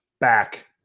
back